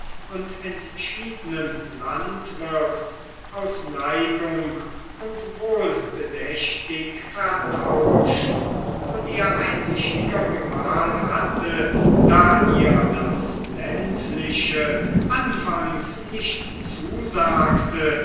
und entschiedenen landwirt aus neigung und wohlbedächtig vertauscht und ihr einsichtiger gemahl hatte da ihr das ländliche anfangs nicht zusagte